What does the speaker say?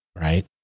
right